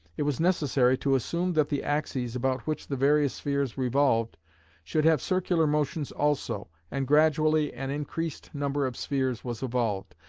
it was necessary to assume that the axes about which the various spheres revolved should have circular motions also, and gradually an increased number of spheres was evolved,